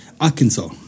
Arkansas